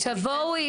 אני --- תבואו,